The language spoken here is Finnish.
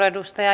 kiitoksia